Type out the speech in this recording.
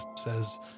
says